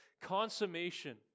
consummation